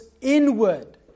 inward